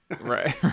right